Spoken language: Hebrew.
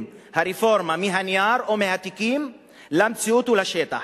הרפורמה מהנייר או מהתיקים למציאות ולשטח.